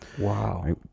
Wow